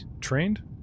Trained